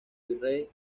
virrey